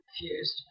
confused